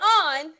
on